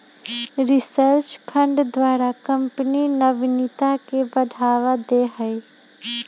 research fund द्वारा company नविनता के बढ़ावा दे हइ